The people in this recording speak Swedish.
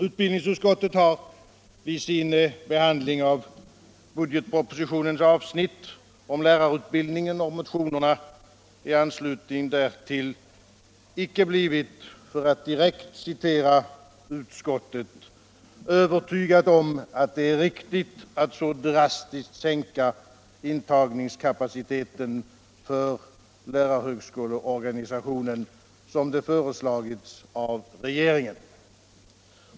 Utbildningsutskottet har vid sin behandling av budgetpropositionens avsnitt om lärarutbildning och i motionerna i anslutning därtill icke blivit övertygat om att det är riktigt att så drastiskt sänka intagningskapaciteten för lärarhögskoleorganisationen som det nu föreslagits av regeringen.